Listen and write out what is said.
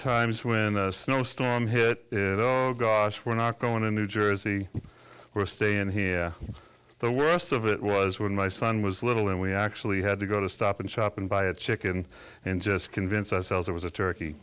times when a snowstorm hit gosh we're not going to new jersey we're staying here the worst of it was when my son was little and we actually had to go to stop and shop and buy a chicken and just convince ourselves it was a turkey